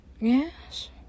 Yes